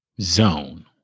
zone